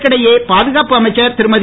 இதற்கிடையே பாதுகாப்பு அமைச்சர் இருமதி